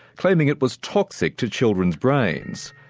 claiming it was toxic to childrens' brains.